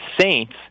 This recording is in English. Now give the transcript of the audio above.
saints